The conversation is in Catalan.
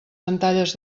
pantalles